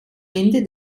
ende